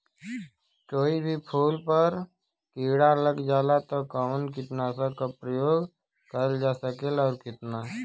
कोई भी फूल पर कीड़ा लग जाला त कवन कीटनाशक क प्रयोग करल जा सकेला और कितना?